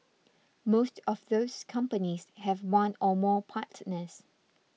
most of those companies have one or more partners